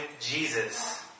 Jesus